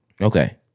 Okay